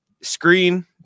screen